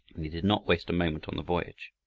and he did not waste a moment on the voyage.